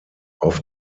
auf